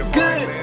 good